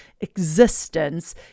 existence